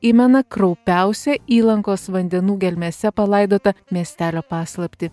įmena kraupiausia įlankos vandenų gelmėse palaidotą miestelio paslaptį